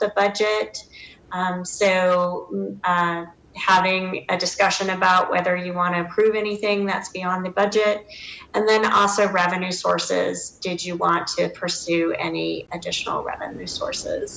the budget so having a discussion about whether you want to approve anything that's beyond the budget and then also revenue sources did you want to pursue any additional revenue sources